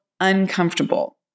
Uncomfortable